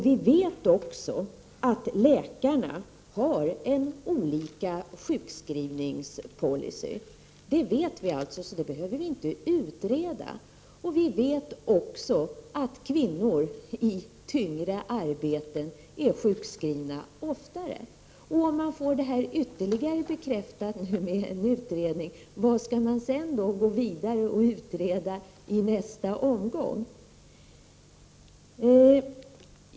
Vi vet också att läkarna har olika policy när det gäller sjukskrivning. Det här behöver inte utredas. Vi vet också att kvinnor i tunga arbeten oftare är sjukskrivna. Om man får det här ytterligare bekräftat med en utredning, vad skall man då gå vidare och undersöka i nästa omgång?